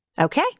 Okay